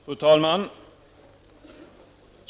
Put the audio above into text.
Fru talman!